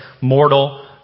mortal